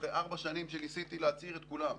אחרי ארבע שנים שניסיתי להצעיר את כולם,